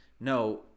no